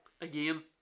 again